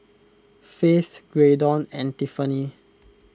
Faith Graydon and Tiffanie